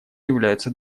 являются